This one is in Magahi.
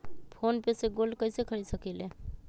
फ़ोन पे से गोल्ड कईसे खरीद सकीले?